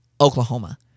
Oklahoma